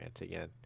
again